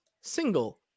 single